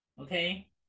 Okay